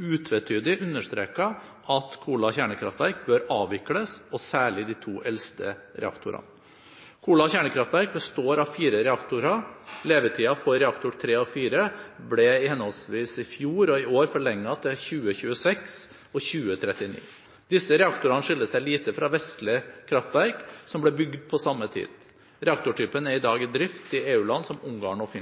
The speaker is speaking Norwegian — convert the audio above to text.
utvetydig understreket at Kola kjernekraftverk bør avvikles, og særlig de to eldste reaktorene. Kola kjernekraftverk består av fire reaktorer. Levetiden for reaktor 3 og 4 ble henholdsvis i fjor og i år forlenget til 2026 og 2039. Disse reaktorene skiller seg lite fra vestlige kraftverk som ble bygd på samme tid. Reaktortypen er i dag